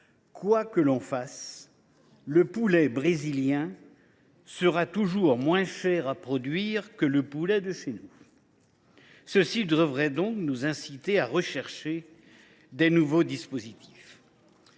quoi que l’on fasse, le poulet brésilien sera toujours moins cher à produire que le poulet de chez nous. Cela devrait donc nous inciter à rechercher de nouveaux dispositifs.